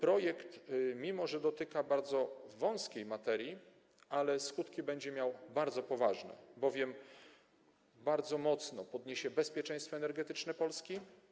Projekt, mimo że dotyka bardzo wąskiej materii, skutki będzie miał bardzo poważne, bowiem bardzo mocno podniesie bezpieczeństwo energetyczne Polski.